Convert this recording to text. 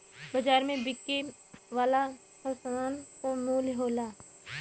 बाज़ार में बिके वाला हर सामान क मूल्य होला